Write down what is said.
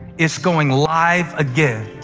it's going live again.